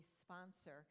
sponsor